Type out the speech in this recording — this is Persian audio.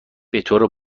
بطور